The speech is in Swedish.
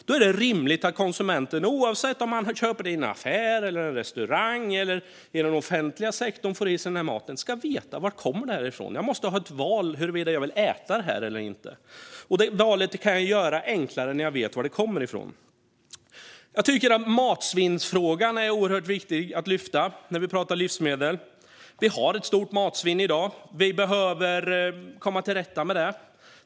Det är rimligt att konsumenten, oavsett om man köper den i en affär eller på en restaurang eller om man får i sig den genom den offentliga sektorn, vet varifrån maten kommer. Man måste ha ett val huruvida man vill äta detta eller inte. Det valet kan man göra enklare när man vet var maten kommer ifrån. Jag tycker att matsvinnsfrågan är oerhört viktig att lyfta när vi pratar om livsmedel. Vi har ett stort matsvinn i dag, och vi behöver komma till rätta med det.